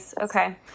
Okay